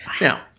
Now